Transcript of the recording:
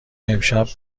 امشب